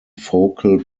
focal